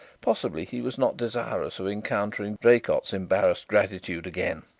possibly he was not desirous of encountering draycott's embarrassed gratitude again,